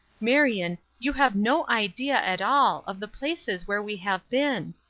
marion you have no idea at all of the places where we have been!